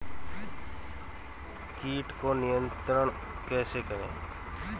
कीट को नियंत्रण कैसे करें?